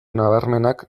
nabarmenak